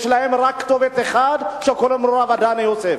יש להם רק כתובת אחת, קוראים לו הרב הדנה יוסף.